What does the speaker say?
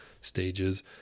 stages